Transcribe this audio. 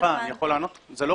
תראה, אני אסביר לך